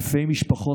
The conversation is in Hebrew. אלפי משפחות,